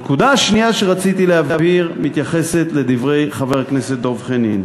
הנקודה השנייה שרציתי להבהיר מתייחסת לדברי חבר הכנסת דב חנין.